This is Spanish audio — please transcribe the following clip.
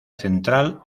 central